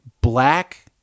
black